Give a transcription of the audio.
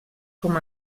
com